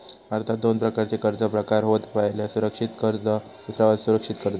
भारतात दोन प्रकारचे कर्ज प्रकार होत पह्यला सुरक्षित कर्ज दुसरा असुरक्षित कर्ज